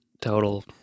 total